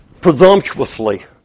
presumptuously